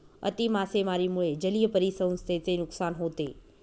अति मासेमारीमुळे जलीय परिसंस्थेचे नुकसान होते